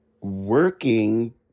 working